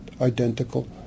identical